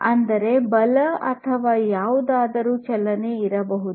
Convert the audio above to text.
ಅಂದರೆ ಬಲ ಅಥವಾ ಯಾವುದಾದರೂ ಚಲನೆ ಇರಬಹುದು